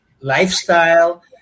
lifestyle